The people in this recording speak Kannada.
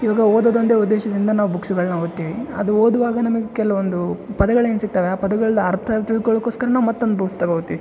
ಇವಾಗ ಓದೋದು ಒಂದೇ ಉದ್ದೇಶದಿಂದ ನಾವು ಬುಕ್ಸ್ಗಳನ್ನ ಓದ್ತೀವಿ ಅದು ಓದುವಾಗ ನಮಗ್ ಕೆಲವೊಂದು ಪದಗಳು ಏನು ಸಿಗ್ತವೆ ಆ ಪದಗಳ ಅರ್ಥ ತಿಳ್ಕೋಳ್ಕೋಸ್ಕರ ನಾವು ಮತ್ತೊಂದು ಬುಕ್ಸ್ ತಗೋ ಬರ್ತೀವಿ